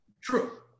True